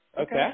Okay